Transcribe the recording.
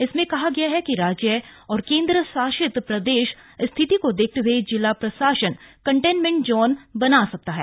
इसमें कहा गया है कि राज्य और केंद्र शासित प्रदेश स्थिति को देखते हए जिला प्रशासन कंटेनमेंट जोन बना सकता है